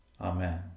Amen